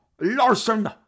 Larson